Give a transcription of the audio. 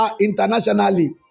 internationally